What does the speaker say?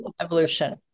evolution